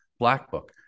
BlackBook